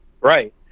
right